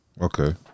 Okay